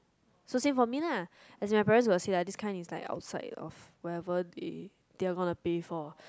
so same for me lah as in my parents will say lah this kind is like outside of whatever they they are going to pay for